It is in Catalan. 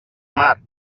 mar